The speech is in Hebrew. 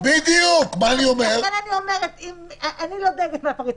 אני לא דואגת מהפריטטיות.